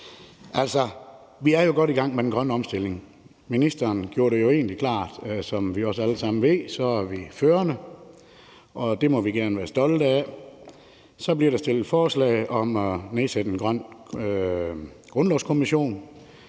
Vi er jo godt i gang med den grønne omstilling. Ministeren gjorde det jo egentlig klart, at som vi også alle sammen ved, er Danmark førende, og det må vi gerne være stolte af. Der bliver så fremsat forslag om at nedsætte en grøn grundlovskommission